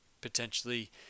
potentially